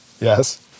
yes